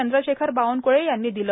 चंद्रशेखर बावनकुळे यांनी दिलं